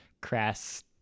crass